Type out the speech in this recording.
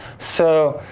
so,